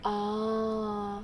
orh